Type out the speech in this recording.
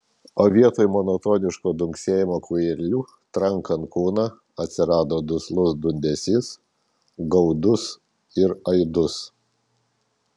o vietoj monotoniško dunksėjimo kūjeliu trankant kūną atsirado duslus dundesys gaudus ir aidus